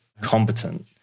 competent